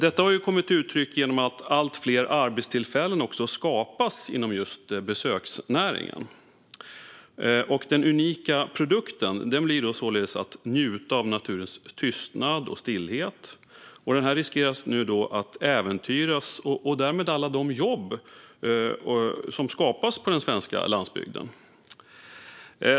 Ett uttryck för detta är att allt fler arbetstillfällen skapats inom just besöksnäringen. Den unika produkten är att kunna njuta av naturens tystnad och stillhet. Den och därmed alla de jobb som skapats på den svenska landsbygden riskerar nu att äventyras.